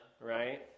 Right